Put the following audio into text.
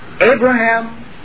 Abraham